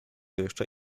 jeszcze